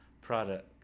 product